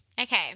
Okay